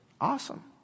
awesome